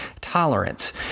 tolerance